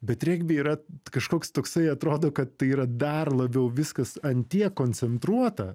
bet regby yra kažkoks toksai atrodo kad tai yra dar labiau viskas ant tiek koncentruota